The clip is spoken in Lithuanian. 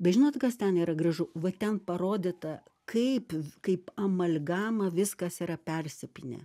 bet žinot kas ten yra gražu va ten parodyta kaip kaip amalgama viskas yra persipynę